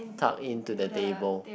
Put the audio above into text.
tuck in to the table